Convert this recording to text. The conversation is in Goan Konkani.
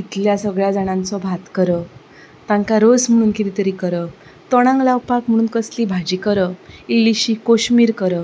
इतल्या सगळ्या जाणांचो भात करप तांकां रोस म्हूण कितें तरी करप तोंडाक लावपाक म्हूण कसली भाजी करप इल्लीशी कोशमीर करप